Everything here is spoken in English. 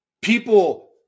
people